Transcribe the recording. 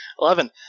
Eleven